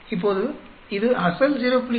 இப்போது இது அசல் 0